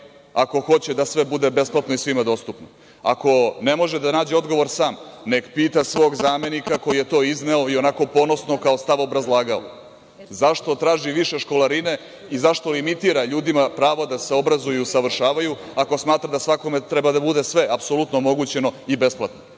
ako hoće da sve bude besplatno i svima bude dostupno? Ako ne može da nađe odgovor sam, neka pita svog zamenika koji je to izneo i onako ponosno kao stav obrazlagao. Zašto traži više školarine i zašto limitira ljudima pravo da se obrazuju i usavršavaju, ako smatra da svakome treba da bude sve apsolutno omogućeno i besplatno?